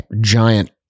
giant